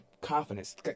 confidence